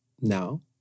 now